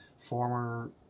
former